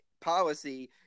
policy